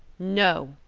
no,